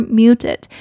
muted